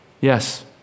Yes